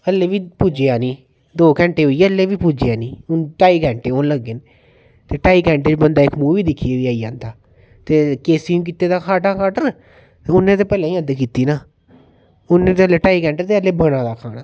ऐल्ली बी पुज्जेआ निं दौ घैंटे होई गै ऐल्ली बी पुज्जेआ नेईं हून ढाई घैंटे होन लग्गे न ते ढाई घैंटे बंदा अखनूर बी दिक्खियै बी आई जंदा ते केसी कीते दा खाना ऑर्डर उन्ने ते भलेआं हद्द कीती ना ओल्लै दे ढाई घैंटे जेल्लै बना दा हा